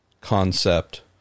concept